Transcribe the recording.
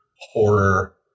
horror